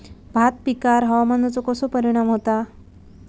भात पिकांर हवामानाचो कसो परिणाम होता?